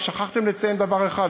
רק שכחתם לציין דבר אחד,